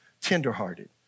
tenderhearted